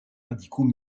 radicaux